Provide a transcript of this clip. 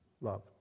Love